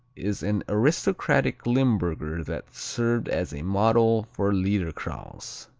is an aristocratic limburger that served as a model for liederkranz.